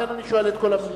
לכן אני שואל את כל המליאה.